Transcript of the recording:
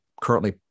currently